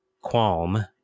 qualm